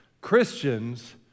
Christians